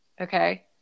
Okay